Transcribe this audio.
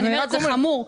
זה חמור,